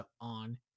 on